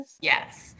Yes